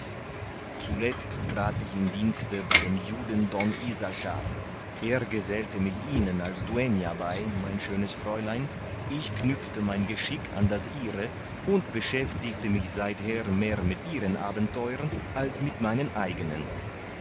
zuletzt trat ich in dienste bei dem juden don isaschar er gesellte mich ihnen als duea bei mein schönes fräulein ich knüpfte mein geschick an das ihre und beschäftigte mich seither mehr mit ihren abenteuern als mit meinen eignen